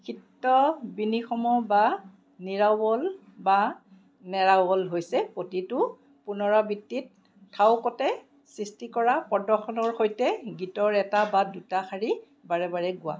শিত্য বিনিসম বা নিৰাৱল বা নেৰাৱল হৈছে প্ৰতিটো পুনৰাবৃত্তিত থাওকতে সৃষ্টি কৰা প্ৰদৰ্শনৰ সৈতে গীতৰ এটা বা দুটা শাৰী বাৰে বাৰে গোৱা